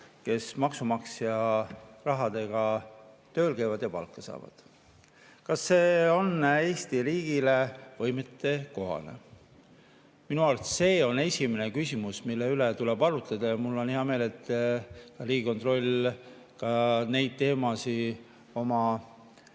kes maksumaksja rahadega tööl käivad ja palka saavad. Kas see on Eesti riigile kohane või mitte? Minu arust see on esimene küsimus, mille üle tuleb arutleda, ja mul on hea meel, et Riigikontroll neid teemasid oma